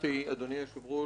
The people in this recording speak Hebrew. אדוני היושב-ראש,